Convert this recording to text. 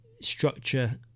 structure